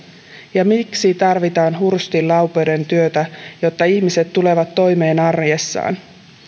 ja miksi tarvitaan hurstin laupeudentyötä jotta ihmiset tulevat toimeen arjessaan